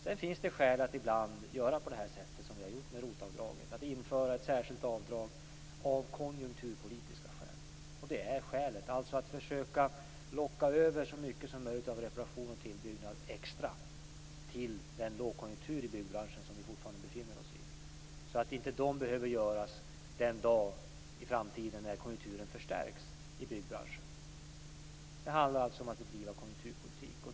Sedan finns det ibland skäl att ändå göra på det sätt som vi har gjort med ROT-avdraget: att införa ett särskilt avdrag av konjunkturpolitiska skäl. Skälet är alltså att försöka locka över så mycket som möjligt av reparation och tillbyggnad till den lågkonjunktur i byggbranschen som vi fortfarande befinner oss i, så att de inte behöver göras den dag i framtiden när konjunkturen i byggbranschen förstärks. Det handlar alltså om att bedriva konjunkturpolitik.